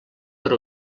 per